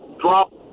drop